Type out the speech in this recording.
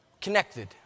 Connected